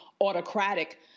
autocratic